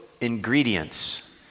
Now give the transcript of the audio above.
ingredients